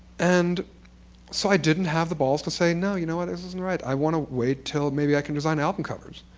and so i didn't have the balls to say, no, you know what, this isn't right. i want to wait until maybe i can design album covers.